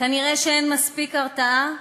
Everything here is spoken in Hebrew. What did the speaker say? כנראה אין מספיק הרתעה,